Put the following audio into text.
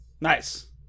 Nice